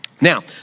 Now